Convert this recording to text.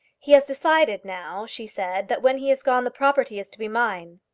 he has decided now, she said, that when he is gone the property is to be mine.